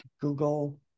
Google